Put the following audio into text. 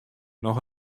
noch